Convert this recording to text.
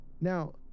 now